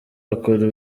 akora